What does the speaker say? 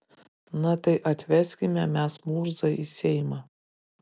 na tai atveskime mes murzą į seimą